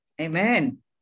Amen